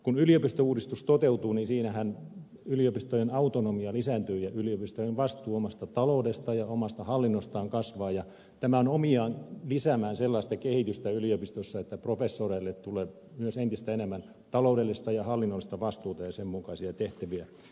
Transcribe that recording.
kun yliopistouudistus toteutuu niin siinähän yliopistojen autonomia lisääntyy ja yliopistojen vastuu omasta taloudesta ja omasta hallinnostaan kasvaa ja tämä on omiaan lisäämään sellaista kehitystä yliopistossa että professoreille tulee myös entistä enemmän taloudellista ja hallinnollista vastuuta ja sen mukaisia tehtäviä